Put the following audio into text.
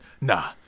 nah